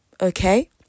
Okay